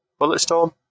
Bulletstorm